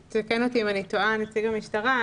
יתקן אותי נציג המשטרה אם אני טועה.